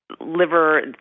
liver